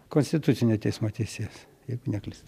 konstitucinio teismo teisėjas jeigu neklystu